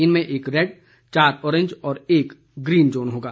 इनमें एक रेड चार ऑरेंज और एक ग्रीन जोन होगा